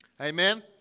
Amen